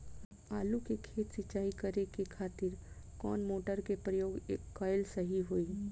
आलू के खेत सिंचाई करे के खातिर कौन मोटर के प्रयोग कएल सही होई?